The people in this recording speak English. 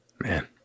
Man